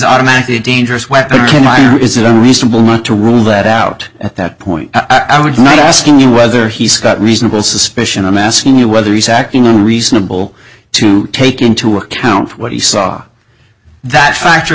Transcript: automatically a dangerous weapon is it unreasonable not to rule that out at that point i would not asking you whether he's got reasonable suspicion i'm asking you whether he's acting on reasonable to take into account what he saw that factor